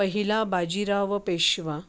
पहिला बाजीराव पेशवा